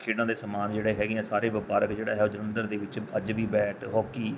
ਖੇਡਾਂ ਦੇ ਸਮਾਨ ਜਿਹੜੇ ਹੈਗੇ ਆ ਸਾਰੇ ਵਪਾਰਕ ਜਿਹੜਾ ਹੈ ਉਹ ਜਲੰਧਰ ਦੇ ਵਿੱਚ ਅੱਜ ਵੀ ਬੈਟ ਹਾਕੀ